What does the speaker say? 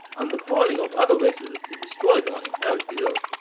and the calling of other races is to destroy them and inherit the earth.